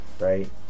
right